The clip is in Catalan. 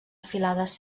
afilades